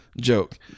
joke